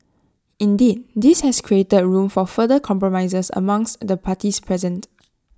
indeed this has created room for further compromises amongst the parties present